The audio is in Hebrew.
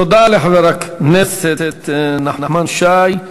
תודה לחבר הכנסת נחמן שי.